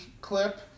clip